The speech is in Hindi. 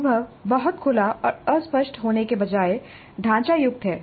अनुभव बहुत खुला और अस्पष्ट होने के बजाय ढांचायुक्त है